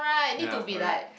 ya correct